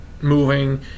moving